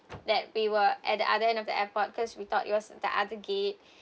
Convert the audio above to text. that we were at the other end of the airport because we thought it was the other gate